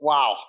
Wow